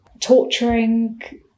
torturing